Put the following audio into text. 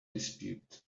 dispute